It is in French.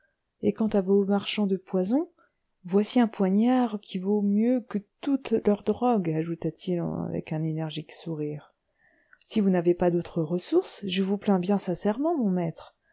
et quant à vos marchands de poisons voici un poignard qui vaut mieux que toutes leurs drogues ajouta-t-il avec un énergique sourire si vous n'avez pas d'autre ressource je vous plains bien sincèrement mon maître